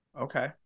Okay